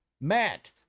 Matt